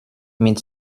mit